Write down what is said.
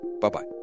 Bye-bye